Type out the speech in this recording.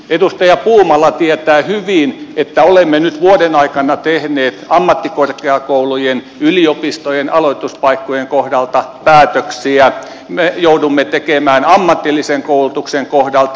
edustaja puumala tietää hyvin että olemme nyt vuoden aikana tehneet ammattikorkeakoulujen ja yliopistojen aloituspaikkojen kohdalta päätöksiä ja me joudumme tekemään niitä ammatillisen koulutuksen kohdalta